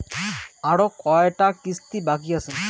আরো কয়টা কিস্তি বাকি আছে?